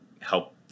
help